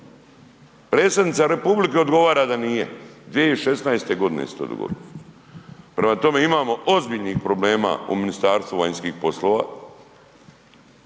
Predsjednica republike odgovara da nije, 2016. godine se to dogodilo. Prema tome, imamo ozbiljnih problema u Ministarstvu vanjskih poslova